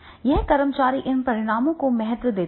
और कर्मचारी इन परिणामों को महत्व देते हैं